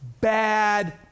Bad